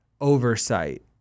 oversight